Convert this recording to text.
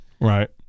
Right